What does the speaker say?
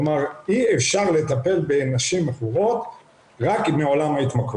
אי אפשר לטפל בנשים מכורות רק מעולם ההתמכרות.